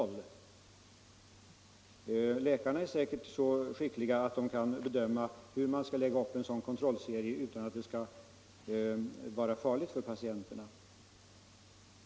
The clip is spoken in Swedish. Läkarna är säkerligen så skickliga att de kan bedöma hur man skall lägga upp en sådan kontrollserie utan att det blir farligt för patienten.